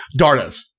Dardes